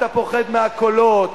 אתה פוחד מהקולות,